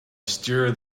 steer